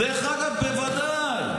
דרך אגב, בוודאי.